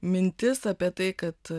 mintis apie tai kad